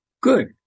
good